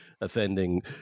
offending